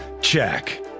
check